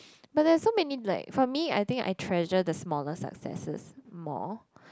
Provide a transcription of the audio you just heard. but there's so many black for me I think I treasure the smaller successes more